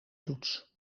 toets